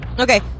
Okay